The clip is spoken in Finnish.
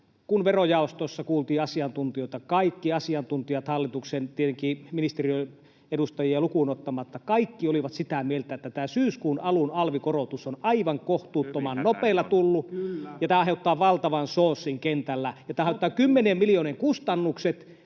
Kun verojaostossa kuultiin asiantuntijoita, kaikki asiantuntijat — tietenkin ministeriön edustajia lukuun ottamatta — olivat sitä mieltä, että tämä syyskuun alun alvikorotus on aivan kohtuuttoman nopeasti tullut [Pia Viitanen: Kyllä!] ja tämä aiheuttaa valtavan soossin kentällä ja tämä aiheuttaa kymmenien miljoonien kustannukset.